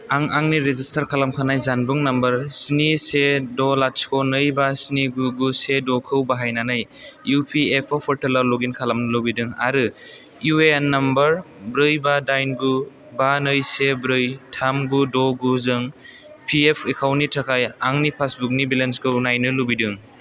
आं आंनि रेजिस्टार खालामखानाय जानबुं नम्बर स्नि से द' लाथिख' नै बा स्नि गु गु से द'खौ बाहायनानै इउ पि एफ अ' पर्टेलआव लग इन खालामनो लुबैदों आरो इउ ए एन नाम्बार ब्रै बा दाइन गु बा नै से ब्रै थाम गु द' गु जों पि एफ एकाउन्टनि थाखाय आंनि पासबुकनि बेलेन्सखौ नायनो लुबैदों